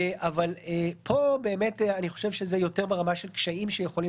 אבל פה זה יותר ברמה של קשיים שיכולים